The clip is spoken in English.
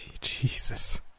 Jesus